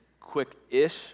quick-ish